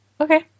Okay